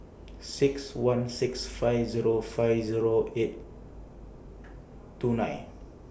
six one six five Zero five Zero eight two nine